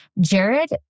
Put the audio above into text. Jared